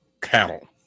cattle